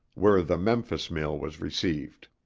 where the memphis mail was received.